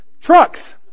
trucks